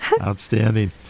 Outstanding